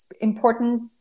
important